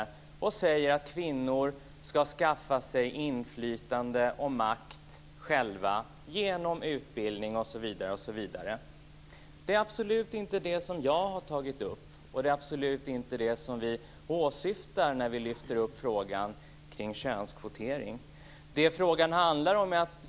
Hon säger att kvinnor ska skaffa sig inflytande och makt själva genom utbildning osv. Det är absolut inte det som jag har tagit upp, och det är absolut inte det som vi åsyftar när vi lyfte upp frågan om könskvotering.